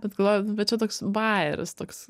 bet galvoju nu bet čia toks bajeris toks